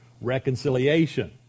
reconciliation